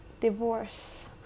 divorce